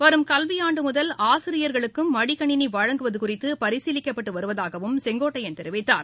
வரும் கல்வியாண்டு முதல் ஆசிரியர்களுக்கும் மடிக்கணினி வழங்குவது குறித்து பரிசீலிக்கப்பட்டு வருவதாகவும் அவர் தெரிவித்தார்